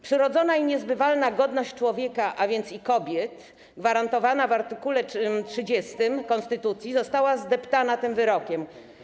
Przyrodzona i niezbywalna godność człowieka, a więc i kobiet, gwarantowana w art. 30 konstytucji została zdeptana tym wyrokiem.